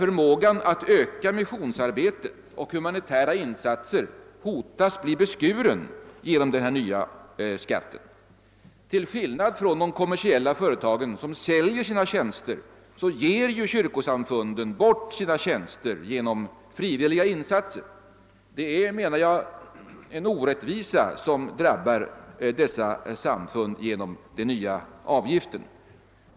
Förmågan att öka missionsarbetet och göra humanitära insatser hotas av att bli beskuren genom denna nya skatt. Till skillnad från de kommersiella företagen, som säljer sina tjänster, ger ju kyrkosamfunden bort sina tjänster genom frivilliga insatser. Det är, menar jag, en orättvisa som drabbar dessa samfund genom den nya avgiften.